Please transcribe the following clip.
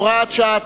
הוראת שעה),